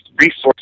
resources